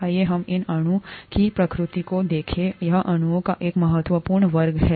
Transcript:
आइए हम इस अणु की प्रकृति को देखें यह अणुओं का एक महत्वपूर्ण वर्ग है